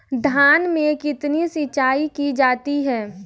धान में कितनी सिंचाई की जाती है?